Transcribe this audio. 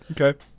Okay